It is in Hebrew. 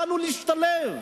באנו להשתלב.